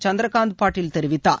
சந்திரகாந்த் பாட்டல் தெரிவித்தார்